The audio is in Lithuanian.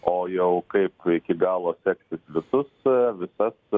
o jau kaip iki galo seksis visus visas